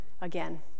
again